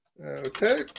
Okay